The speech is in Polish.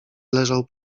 leżał